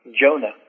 Jonah